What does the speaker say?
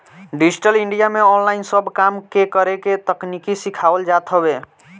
digital India में online सब काम के करेके तकनीकी सिखावल जात हवे